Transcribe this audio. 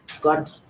god